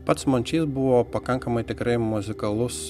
pats mončys buvo pakankamai tikrai muzikalus